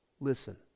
listen